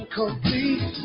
complete